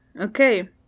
okay